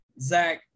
Zach